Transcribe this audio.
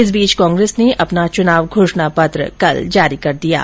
इस बीच कांग्रेस ने अपना चुनाव घोषणा पत्र जारी कर दिया है